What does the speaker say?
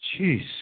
Jeez